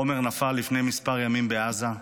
עומר נפל לפני כמה ימים בעזה,